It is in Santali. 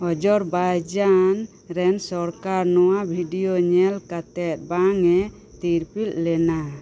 ᱟᱡᱚᱨᱵᱟᱭᱡᱟᱱ ᱨᱮᱱ ᱥᱚᱨᱠᱟᱨ ᱱᱚᱣᱟ ᱵᱷᱤᱰᱤᱭᱳ ᱧᱮᱞ ᱠᱟᱛᱮᱫ ᱵᱟᱝᱮ ᱛᱤᱨᱯᱤᱛ ᱞᱮᱱᱟ